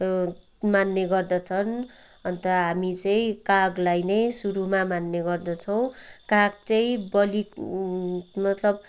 मान्ने गर्दछन् अन्त हामी चाहिँ कागलाई नै सुरुमा मान्ने गर्दछौँ काग चाहिँ बलि मतलब